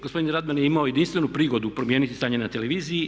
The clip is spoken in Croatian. Gospodin Radman je imao jedinstvenu prigodu promijeniti stanje na televiziji.